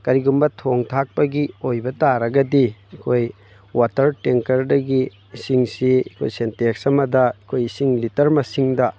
ꯀꯔꯤꯒꯨꯝꯕ ꯊꯣꯡ ꯊꯥꯛꯄꯒꯤ ꯑꯣꯏꯕ ꯇꯥꯔꯒꯗꯤ ꯑꯩꯈꯣꯏ ꯋꯥꯇꯔ ꯇꯦꯡꯀꯔꯗꯒꯤ ꯏꯁꯤꯡꯁꯤ ꯑꯩꯈꯣꯏ ꯁꯤꯟꯇꯦꯛꯁ ꯑꯃꯗ ꯑꯩꯈꯣꯏ ꯏꯁꯤꯡ ꯂꯤꯇꯔ ꯃꯁꯤꯡꯗ